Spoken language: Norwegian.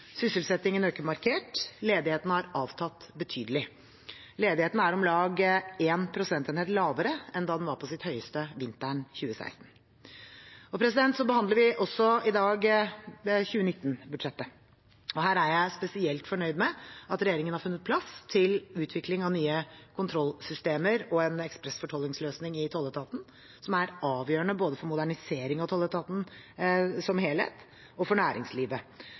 sysselsettingen øker markert, ledigheten har avtatt betydelig. Ledigheten er om lag 1 prosentenhet lavere enn da den var på sitt høyeste vinteren 2016. Vi behandler i dag også 2019-budsjettet. Her er jeg spesielt fornøyd med at regjeringen har funnet plass til utvikling av nye kontrollsystemer og en ekspressfortollingsløsning i tolletaten, som er avgjørende både for modernisering av tolletaten som helhet og for næringslivet,